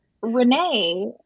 Renee